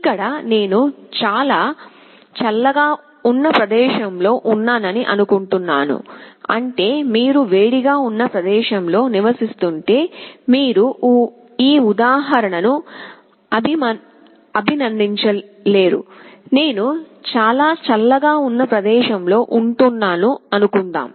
ఇక్కడ నేను చాలా చల్లగా ఉన్న ప్రదేశంలో ఉన్నానని అనుకుంటున్నాను అంటే మీరు వేడిగా ఉన్న ప్రదేశంలో నివసిస్తుంటే మీరు ఈ ఉదాహరణను అభినందించలేరు నేను చాలా చల్లగా ఉన్న ప్రదేశంలో ఉంటున్నాను అనుకుందాం